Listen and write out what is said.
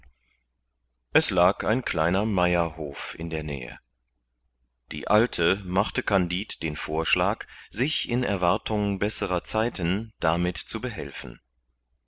es lag ein kleiner meierhof in der nähe die alte machte kandid den vorschlag sich in erwartung besserer zeiten damit zu behelfen